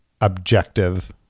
objective